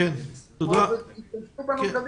--- קדימה.